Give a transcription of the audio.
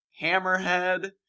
Hammerhead